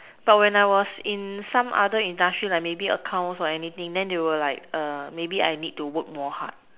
but when I was some other industries like maybe accounts or anything then they were like maybe I need to work more hard